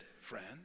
friend